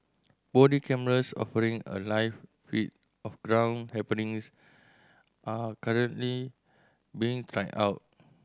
body cameras offering a live feed of ground happenings are currently being tried out